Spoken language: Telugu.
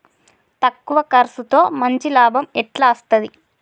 తక్కువ కర్సుతో మంచి లాభం ఎట్ల అస్తది?